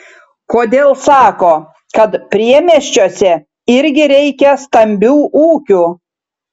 kodėl sako kad priemiesčiuose irgi reikia stambių ūkių